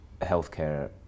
healthcare